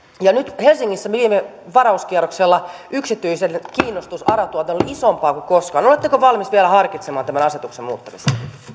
helsingissä viime varauskierroksella yksityisten kiinnostus ara tuotantoon oli isompaa kuin koskaan oletteko valmis vielä harkitsemaan tämän asetuksen muuttamista